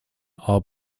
are